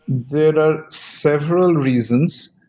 there are several reasons.